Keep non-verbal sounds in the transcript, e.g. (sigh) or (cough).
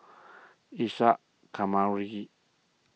(noise) Isa Kamari